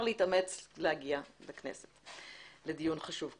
להתאמץ להגיע לכנסת לדיון חשוב כזה.